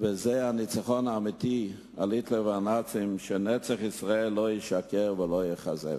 וזה הניצחון האמיתי על היטלר ועל הנאצים שנצח ישראל לא ישקר ולא יכזב.